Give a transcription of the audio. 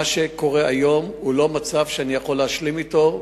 שקורה היום הוא לא מצב שאני יכול להשלים אתו,